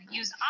use